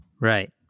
Right